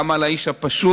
גם על האיש הפשוט,